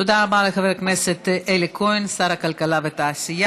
תודה רבה לחבר הכנסת אלי כהן, שר הכלכלה והתעשייה.